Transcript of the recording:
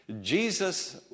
Jesus